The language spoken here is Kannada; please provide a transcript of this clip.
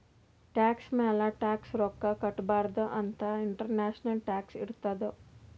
ಟ್ಯಾಕ್ಸ್ ಮ್ಯಾಲ ಟ್ಯಾಕ್ಸ್ ರೊಕ್ಕಾ ಕಟ್ಟಬಾರ್ದ ಅಂತ್ ಇಂಟರ್ನ್ಯಾಷನಲ್ ಟ್ಯಾಕ್ಸ್ ಇರ್ತುದ್